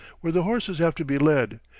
where the horses have to be led,